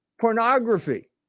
pornography